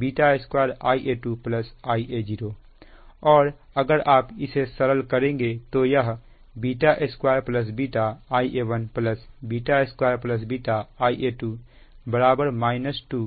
β2 Ia2 Ia0 और अगर आप इसे सरल करेंगे तो यह β2 β Ia1 β2 β Ia2 2Ia0 हो जाएगा